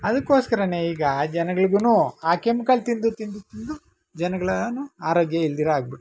ಅದಕ್ಕೋಸ್ಕರವೇ ಈಗ ಜನ್ಗಳ್ಗೂ ಆ ಕೆಮಿಕಲ್ ತಿಂದು ತಿಂದು ತಿಂದು ಜನ್ಗಳೂ ಆರೋಗ್ಯ ಇಲ್ದಿರ ಆಗಿಬಿಟ್ರು